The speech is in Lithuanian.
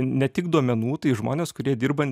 ne tik duomenų tai žmonės kurie dirba